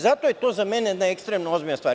Zato je to za mene jedna ekstremno ozbiljna stvar.